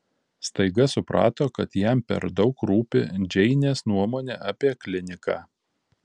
staiga suprato kad jam per daug rūpi džeinės nuomonė apie kliniką